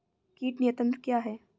कीट नियंत्रण क्या है?